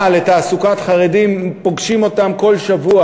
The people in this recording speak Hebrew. לתעסוקת חרדים פוגשים אותן כל שבוע,